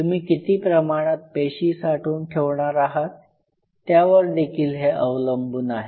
तुम्ही किती प्रमाणात पेशी साठवून ठेवणार आहात त्यावर देखील हे अवलंबून आहे